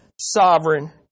sovereign